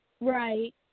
Right